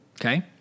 okay